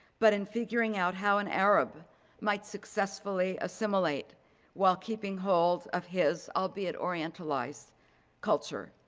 but in figuring out how an arab might successfully assimilate while keeping hold of his albeit orientalized culture.